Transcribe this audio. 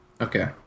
Okay